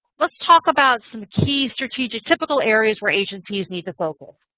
let's talk about some key strategic, typical areas where agencies need to focus.